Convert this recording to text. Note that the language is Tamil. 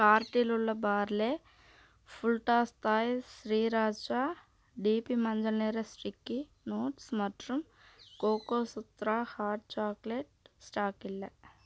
கார்ட்டில் உள்ள Parle full toss Thai sriracha DP மஞ்சள் நிற ஸ்டிக்கி நோட்ஸ் மற்றும் கோகோசுத்ரா ஹாட் சாக்லேட் ஸ்டாக் இல்லை